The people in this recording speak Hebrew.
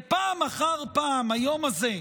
פעם אחר פעם ביום הזה,